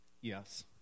yes